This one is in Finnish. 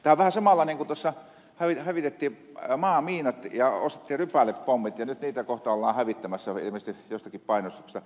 tämä on vähän samanlaista kun hävitettiin maamiinat ja ostettiin rypälepommit ja nyt niitä kohta ollaan hävittämässä ilmeisesti jostakin painostuksesta